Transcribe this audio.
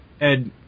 Ed